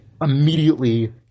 immediately